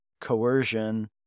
coercion